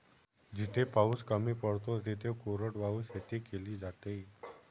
जिथे पाऊस कमी पडतो तिथे कोरडवाहू शेती केली जाते